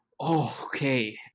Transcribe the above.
okay